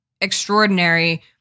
extraordinary